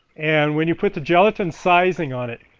and when you put the gelatin sizing on it,